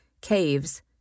Caves